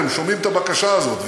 אתם שומעים את הבקשה הזאת,